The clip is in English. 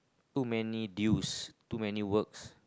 too many duties too many work